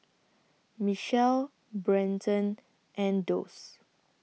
Michell Brenton and Doss